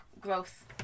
growth